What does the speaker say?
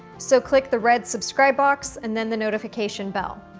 so click the red subscribe box and then the notification bell.